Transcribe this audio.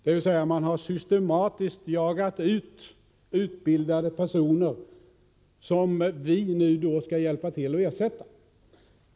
Man har alltså systematiskt jagat ut utbildade personer som vi nu då skall hjälpa till att ersätta!